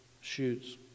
shoots